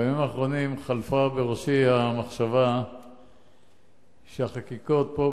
בימים האחרונים חלפה בראשי המחשבה שהחקיקות פה,